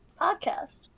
podcast